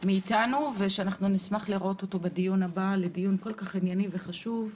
מאיתנו ושנשמח לראות אותו בדיון הבא לדיון כל כך ענייני וחשוב,